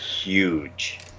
Huge